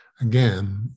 again